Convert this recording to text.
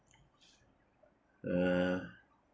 uh